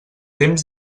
temps